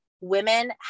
Women